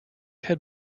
had